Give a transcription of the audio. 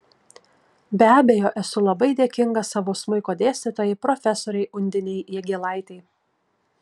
be abejo esu labai dėkinga savo smuiko dėstytojai profesorei undinei jagėlaitei